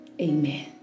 amen